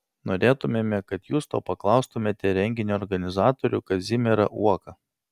norėtumėme kad jūs to paklaustumėte renginio organizatorių kazimierą uoką